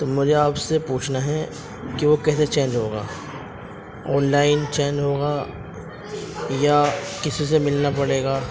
تو مجھے آپ سے پوچھنا ہے کہ وہ کیسے چینج ہوگا آللائن چیج ہوگا یا کسی سے ملنا پڑے گا